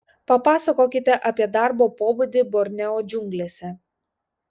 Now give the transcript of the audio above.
papasakokite apie darbo pobūdį borneo džiunglėse